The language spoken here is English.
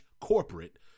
corporate